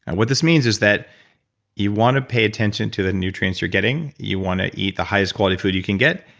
and what this means is that you want to pay attention to the nutrients you're getting. you want to eat the highest quality food you can get.